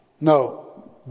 no